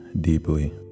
deeply